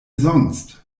sonst